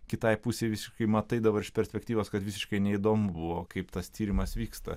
kitai pusei visiškai matai dabar iš perspektyvos kad visiškai neįdomu buvo kaip tas tyrimas vyksta